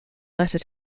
letter